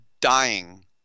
dying